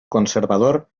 conservador